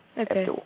Okay